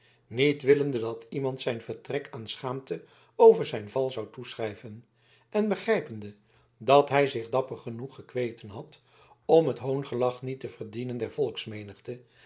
niet willende dat iemand zijn vertrek aan schaamte over zijn val zou toeschrijven en begrijpende dat hij zich dapper genoeg gekweten had om het hoongelach niet te verdienen